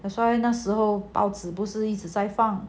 that's why 那时候报纸不是一直在放